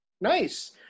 Nice